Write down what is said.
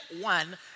one